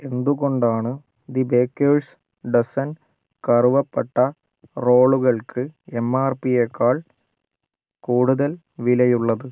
എന്തുകൊണ്ടാണ് the baker's dozen കറുവപ്പട്ട റോളുകൾക്ക് എം ആർ പിയേക്കാൾ കൂടുതൽ വിലയുള്ളത്